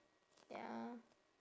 ya